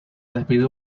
despide